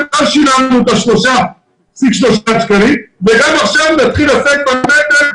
אנחנו כבר שילמנו וגם עכשיו נתחיל לשאת בנטל.